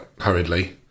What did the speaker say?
hurriedly